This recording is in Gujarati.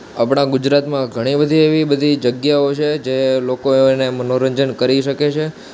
આપણાં ગુજરાતમાં ઘણી બધી એવી બધી જગ્યાઓ છે જે લોકો ને મનોરંજન કરી શકે છે